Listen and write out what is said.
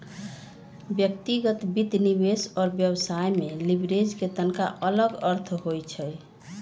व्यक्तिगत वित्त, निवेश और व्यवसाय में लिवरेज के तनका अलग अर्थ होइ छइ